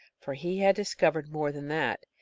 for he had discovered more than that.